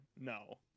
No